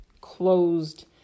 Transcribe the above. closed